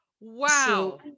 Wow